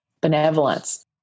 benevolence